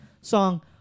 song